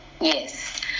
Yes